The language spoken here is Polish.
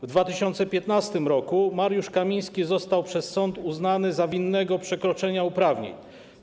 W 2015 r. Mariusz Kamiński został przez sąd uznany za winnego przekroczenia uprawnień.